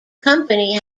company